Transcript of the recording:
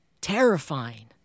terrifying